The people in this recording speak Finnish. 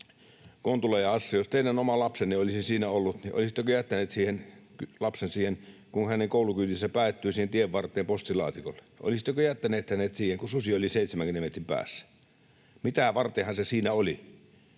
Kontula ja Hassi: Jos teidän oma lapsenne olisi siinä ollut, niin olisitteko jättäneet lapsen siihen tienvarteen postilaatikolle, mihin hänen koulukyytinsä päättyi? Olisitteko jättäneet hänet siihen, kun susi oli 70 metrin päässä? Mitä vartenhan se siinä oli?